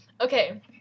okay